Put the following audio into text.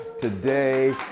today